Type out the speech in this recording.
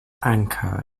anchor